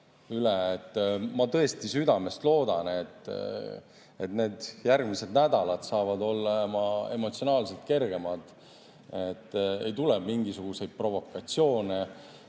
Ma tõesti südamest loodan, et need järgmised nädalad on emotsionaalselt kergemad, et ei tule mingisuguseid provokatsioone